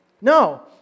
No